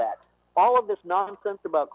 that all of this nonsense about